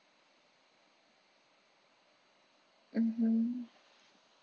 mmhmm